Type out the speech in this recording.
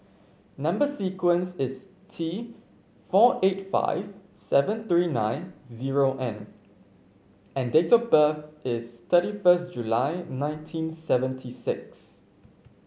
number sequence is T four eight five seven three nine zero N and date of birth is thirty first July nineteen seventy six